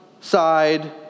side